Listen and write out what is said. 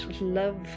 love